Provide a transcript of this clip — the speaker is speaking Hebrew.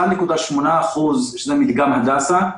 או 1.8% כפי שנמצא במדגם הדסה,